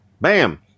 Bam